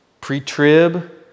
pre-trib